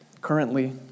Currently